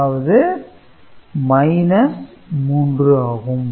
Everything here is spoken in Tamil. அதாவது - 3 ஆகும்